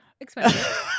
Expensive